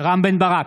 רם בן ברק,